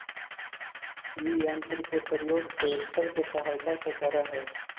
इ यन्त्र के प्रयोग ट्रेक्टर के सहायता से करऽ हई